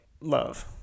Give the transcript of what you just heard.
love